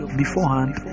beforehand